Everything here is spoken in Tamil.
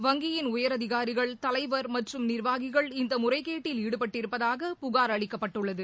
வங்கியின் உயரதிகாரிகள் தலைவர் மற்றும் நிர்வாகிகள் இந்த முறைகேட்டில் ஈடுபட்டிருப்பதாக புகார் அளிக்கப்பட்டுள்ளது